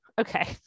Okay